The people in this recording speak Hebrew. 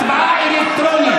הצבעה אלקטרונית.